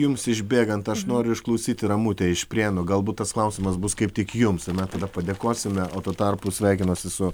jums išbėgant aš noriu išklausyti ramutę iš prienų galbūt tas klausimas bus kaip tik jums ane tada padėkosime o tuo tarpu sveikinuosi su